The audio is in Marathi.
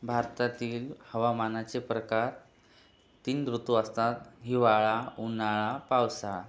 भारतातील हवामानाचे प्रकार तीन ऋतू असतात हिवाळा उन्हाळा पावसाळा